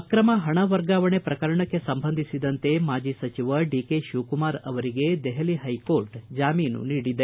ಅಕ್ರಮ ಹಣ ವರ್ಗಾವಣೆ ಪ್ರಕರಣಕ್ಕೆ ಸಂಬಂಧಿಸಿದಂತೆ ಮಾಜಿ ಸಚಿವ ಡಿಕೆ ಶಿವಕುಮಾರ್ ಅವರಿಗೆ ದೆಹಲಿ ಹೈಕೋರ್ಟ್ ಜಾಮೀನು ನೀಡಿದೆ